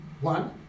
one